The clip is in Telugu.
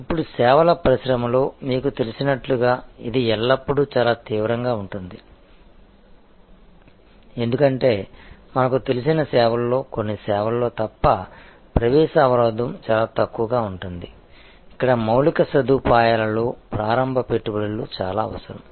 ఇప్పుడు సేవల పరిశ్రమలో మీకు తెలిసినట్లుగా ఇది ఎల్లప్పుడూ చాలా తీవ్రంగా ఉంటుంది ఎందుకంటే మనకు తెలిసిన సేవల్లో కొన్ని సేవల్లో తప్ప ప్రవేశ అవరోధం చాలా తక్కువగా ఉంటుంది ఇక్కడ మౌలిక సదుపాయాలలో ప్రారంభ పెట్టుబడులు చాలా అవసరం